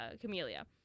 camellia